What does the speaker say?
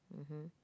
mmhmm